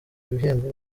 bihembo